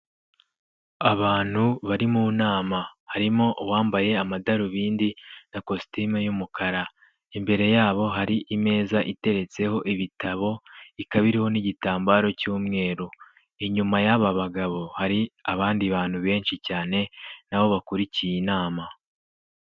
Abantu bari mu nama harimo uwambaye amadarubindi na kositimu y'umukara, imbere yabo harimeza iteretseho ibitabo ikaba iriho n'igitambaro cy'umweru, inyuma y'aba bagabo hari abandi bantu benshi cyane nabo bakurikiye inama.